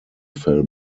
fell